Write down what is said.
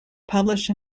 publish